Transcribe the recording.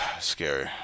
Scary